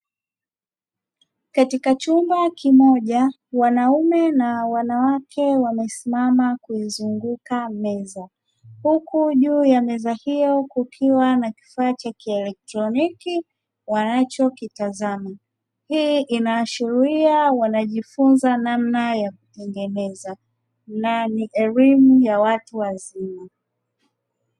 Katika chumba kimoja, wanaume na wanawake wamesimama kuizunguka meza huku juu ya meza hiyo kukiwa na kifaa cha kielektroniki wanachokitazama. Hii inaashiria wanajifunza namna ya kutengeneza na ni elimu ya watu wazima.